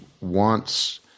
wants